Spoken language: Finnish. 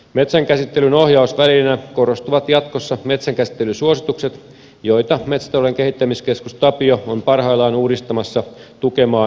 metsänkäsittelyn ohjausvälineenä korostuvat jatkossa metsänkäsittelysuositukset joita metsätalouden kehittämiskeskus tapio on parhaillaan uudistamassa tukemaan lainsäädännön muutoksia